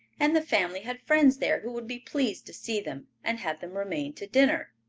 and the family had friends there who would be pleased to see them and have them remain to dinner.